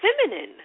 feminine